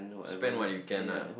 spend what you can ah